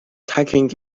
taking